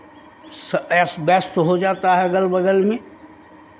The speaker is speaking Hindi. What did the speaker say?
अस्त व्यस्त हो जाता है अगल बगल में